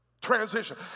transition